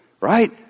Right